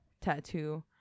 tattoo